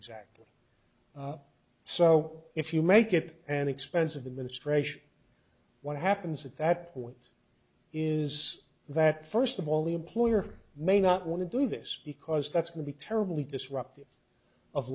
exactly so if you make it an expense of the ministration what happens at that point is that first of all the employer may not want to do this because that's will be terribly disruptive of